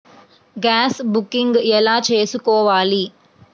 Gas booking ఎలా చేసుకోవాలి?